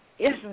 Yes